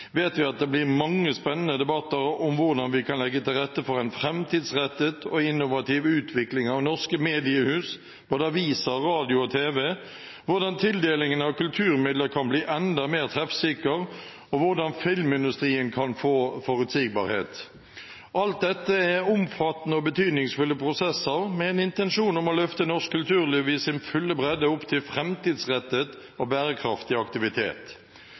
vet vi at det blir mange spennende debatter om hvordan vi kan legge til rette for en framtidsrettet og innovativ utvikling av norske mediehus – både aviser, radio og TV, hvordan tildelingen av kulturmidler kan bli enda mer treffsikker, og hvordan filmindustrien kan få forutsigbarhet. Alt dette er omfattende og betydningsfulle prosesser med en intensjon om å løfte norsk kulturliv i sin fulle bredde opp til framtidsrettet og bærekraftig aktivitet.